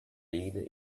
leader